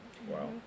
Wow